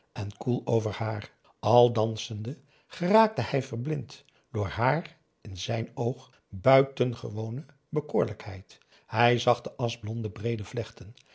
en koel over haar al dansende geraakte hij verblind door haar in zijn oog buitengewone bekoorlijkheid hij zag de aschblonde breede vlechten